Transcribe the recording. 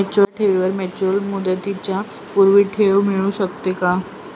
माझ्या ठेवीवर मॅच्युरिटी मुदतीच्या पूर्वी ठेव मिळू शकते का?